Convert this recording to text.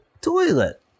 toilet